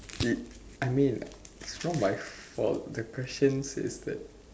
it I mean it's not my fault the questions says that